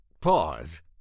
pause